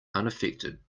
unaffected